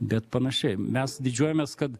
bet panašiai mes didžiuojamės kad